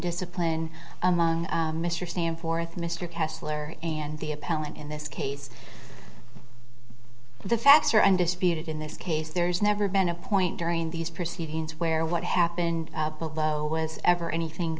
discipline among mr stand forth mr kessler and the appellant in this case the facts are undisputed in this case there's never been a point during these proceedings where what happened below was ever anything